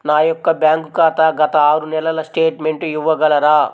నా యొక్క బ్యాంక్ ఖాతా గత ఆరు నెలల స్టేట్మెంట్ ఇవ్వగలరా?